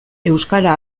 euskara